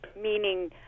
Meaning